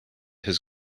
his